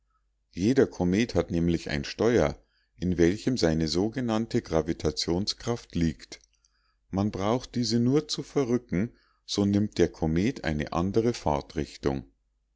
jeder komet hat nämlich ein steuer in welchem seine sogenannte gravitationskraft liegt man braucht diese nur zu verrücken so nimmt der komet eine andere fahrtrichtung